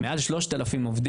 מעל 3000 עובדים,